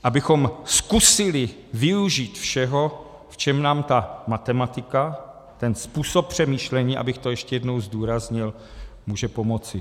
Abychom zkusili využít všeho, v čem nám ta matematika, ten způsob přemýšlení, abych to ještě jedno zdůraznil, může pomoci.